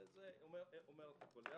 זה אומר הכול.